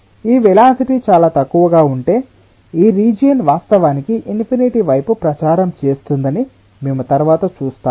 ఈ వేలాసిటి చాలా తక్కువగా ఉంటే ఈ రీజియన్ వాస్తవానికి ఇన్ఫినిటీ వైపు ప్రచారం చేస్తుందని మేము తరువాత చూస్తాము